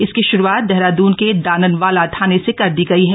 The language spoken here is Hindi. इसकी शुरूआत देहरादून के डालनवाला थाने से कर दी गई है